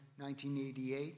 1988